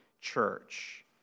church